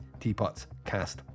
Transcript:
teapotscast